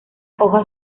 hojas